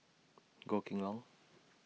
Goh Kheng Long